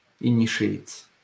initiates